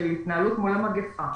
התנהלות מול המגפה,